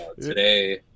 Today